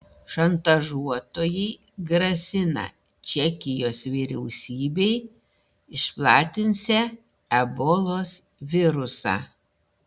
šantažuotojai grasina čekijos vyriausybei išplatinsią ebolos virusą